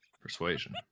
Persuasion